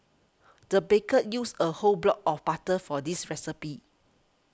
the baker used a whole block of butter for this recipe